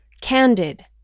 candid